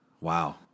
Wow